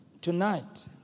tonight